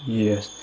yes